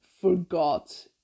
forgot